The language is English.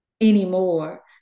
anymore